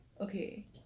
Okay